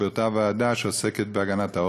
באותה ועדה שעוסקת בהגנת העורף,